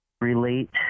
relate